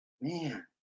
Man